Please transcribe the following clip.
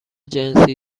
جنسی